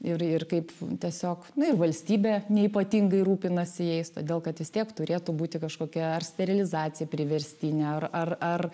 ir ir kaip tiesiog nu ir valstybė neypatingai rūpinasi jais todėl kad vis tiek turėtų būti kažkokia ar sterilizacija priverstinė ar ar ar